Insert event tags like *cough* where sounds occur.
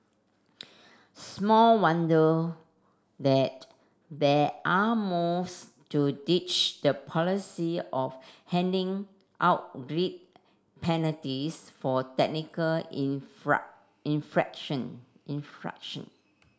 small wonder that there are moves to ditch the policy of handing out grid penalties for technical *unintelligible* infraction infraction